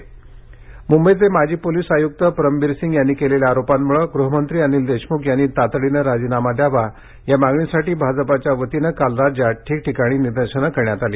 भाजपा आंदोलन मुंबईचे माजी पोलीस आयुक्त परमबीर सिंग यांनी केलेल्या आरोपांमुळे गृहमंत्री अनिल देशमुख यांनी तातडीने राजीनामा द्यावा या मागणीसाठी भाजपाच्या वतीनं काल राज्यात ठिकठिकाणी निदर्शनं करण्यात आली